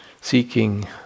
seeking